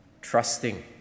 trusting